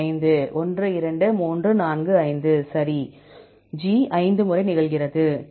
5 1 2 3 4 5 சரி G 5 முறை நிகழ்கிறது T